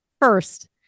first